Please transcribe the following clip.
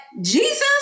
Jesus